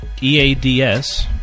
EADS